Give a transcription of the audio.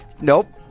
Nope